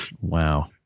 wow